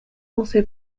also